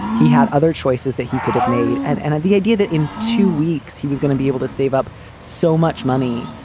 he had other choices that he could have made. and and the idea that in two weeks he was gonna be able to save up so much money.